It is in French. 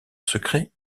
secret